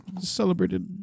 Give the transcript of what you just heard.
celebrated